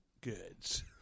goods